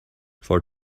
for